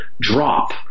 drop